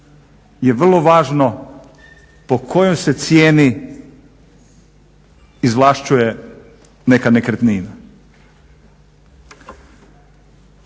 je vrlo važno po kojoj se cijeni izvlašćuje neka nekretnina.